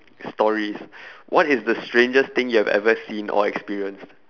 stories what is the strangest thing you have ever seen or experienced